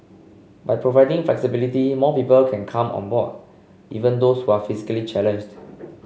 by providing flexibility more people can come on board even those who are physically challenged